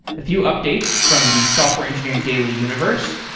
a few updates from the software engineering daily universe,